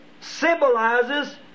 symbolizes